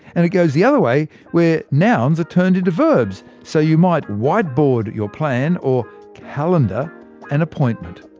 and it goes the other way where nouns are turned into verbs. so you might whiteboard your plan, or calendar an appointment.